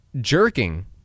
jerking